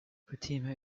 fatima